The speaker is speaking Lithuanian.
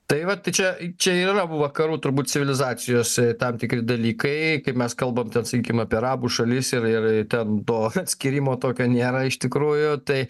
tai va čia čia ir yra vakarų turbūt civilizacijose tam tikri dalykai kaip mes kalbam ten sakykim apie arabų šalis ir ir ten to atskyrimo tokio nėra iš tikrųjų tai